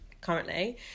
currently